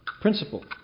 Principle